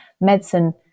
Medicine